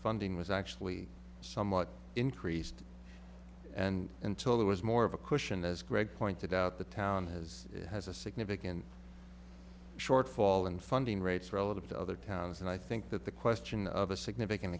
funding was actually somewhat increased and until there was more of a cushion as greg pointed out the town has has a significant shortfall in funding rates relative to other towns and i think that the question of a significant